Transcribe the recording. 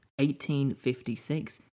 1856